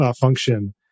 function